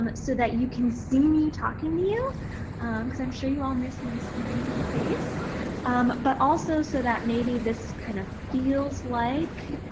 um so that you can see me talking to you because i'm sure you all miss my smiling face but also so that maybe this kind of feels like